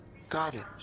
got it!